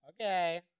Okay